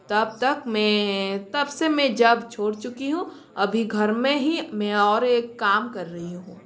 तब तक मैं तब से मैं जॉब छोड़ चुकी हूँ अभी घर में ही मैं और एक काम कर रही हूँ